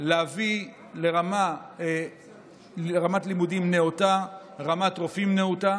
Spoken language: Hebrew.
להביא לרמת לימודים נאותה, רמת רופאים נאותה.